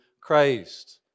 Christ